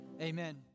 amen